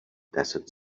desert